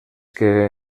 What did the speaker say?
que